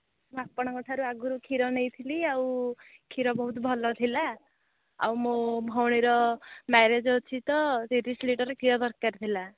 ମୁଁ ଆପଣଙ୍କ ଠାରୁ ଆଗରୁ କ୍ଷୀର ନେଇଥିଲି ଆଉ କ୍ଷୀର ବହୁତ ଭଲ ଥିଲା ଆଉ ମୋ ଭଉଣୀର ମ୍ୟାରେଜ୍ ଅଛି ତ ତିରିଶି ଲିଟର୍ କ୍ଷୀର ଦରକାର ଥିଲା